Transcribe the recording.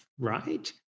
right